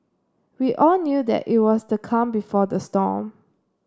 we all knew that it was the calm before the storm